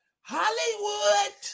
Hollywood